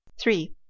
Three